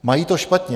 Mají to špatně.